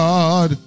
God